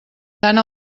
tant